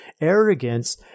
Arrogance